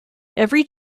every